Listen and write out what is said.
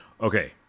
Okay